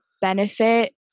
benefit